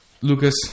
Lucas